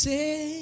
Say